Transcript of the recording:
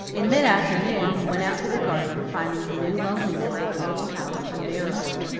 in mid-afternoon he went out to the garden, finding the new loneliness of the little house unbearable.